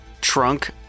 trunk